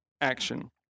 action